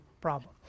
problem